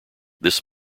this